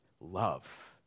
love